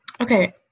Okay